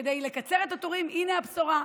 וכדי לקצר את התורים, הינה הבשורה.